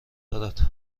دارد